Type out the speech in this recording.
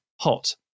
hot